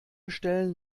stellen